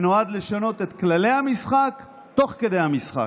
שנועד לשנות את כללי המשחק תוך כדי המשחק.